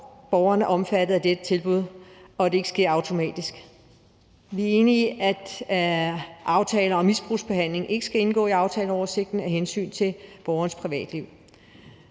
borgeren er omfattet af dette tilbud, og hvorfor det ikke sker automatisk. Vi er enige i, at aftale om misbrugsbehandling ikke skal indgå i aftaleoversigten af hensyn til borgerens privatliv.